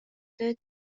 tööd